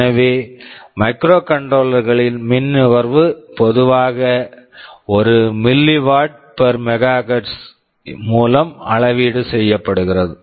எனவே microcontroller microcontroller களில் மின் நுகர்வு பொதுவாக ஒரு milliwatt per megahertz milliwatt per megahertz மூலம் அளவீடு செய்யப்படுகிறது